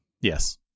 Yes